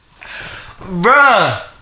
Bruh